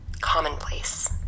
commonplace